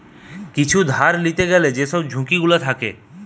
কিছু ধার লিতে গ্যালে যেসব ঝুঁকি গুলো থাকে